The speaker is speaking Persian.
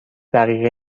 دقیقه